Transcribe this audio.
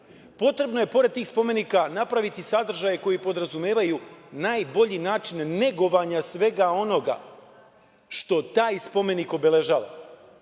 slobode. Potrebno je pored tih spomenika napraviti sadržaje koji podrazumevaju najbolji način negovanja svega onoga što taj spomenik obeležava,